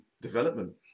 development